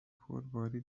پرباری